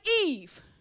Eve